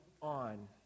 on